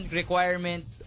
requirement